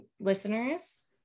listeners